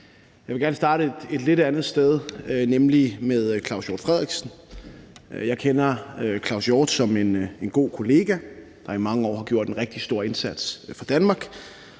Jeg vil gerne starte et lidt andet sted, nemlig med Claus Hjort Frederiksen. Jeg kender Claus Hjort Frederiksen som en god kollega, der i mange år har gjort en rigtig stor indsats for Danmark.